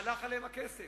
הלך עליהם הכסף.